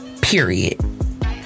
Period